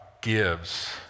gives